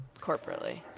corporately